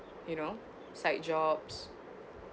you know side jobs